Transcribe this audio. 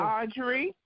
Audrey